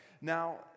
Now